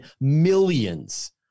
millions